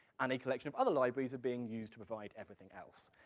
and a collection of other libraries are being used to provide everything else.